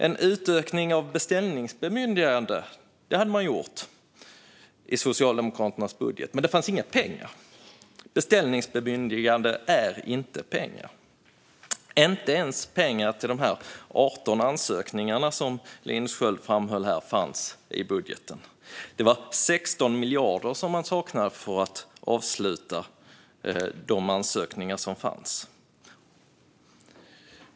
En utökning av beställningsbemyndigande hade de gjort i sin budget, men det fanns inga pengar. Beställningsbemyndigande är inte pengar. Inte ens pengar till de 18 ansökningar som Linus Sköld tog upp fanns i budgeten. Det saknades 16 miljarder för att avsluta de ansökningar som fanns.